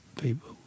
people